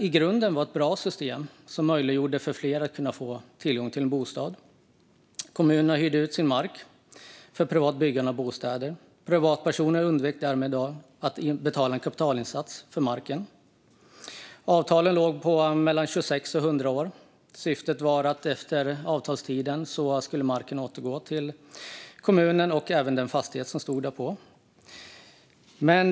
I grunden var det ett bra system som möjliggjorde för fler att få tillgång till en bostad. Kommunerna hyrde ut sin mark för privat byggande av bostäder, och privatpersoner undvek därmed att betala en kapitalinsats för marken. Avtalen låg på mellan 26 och 100 år. Syftet var att marken och även den fastighet som stod därpå efter avtalstiden skulle återgå till kommunen.